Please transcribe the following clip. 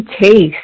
taste